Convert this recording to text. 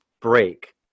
break